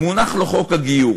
מונח לו חוק הגיור,